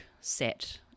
set